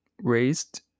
raised